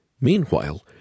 Meanwhile